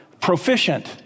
proficient